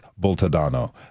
Boltadano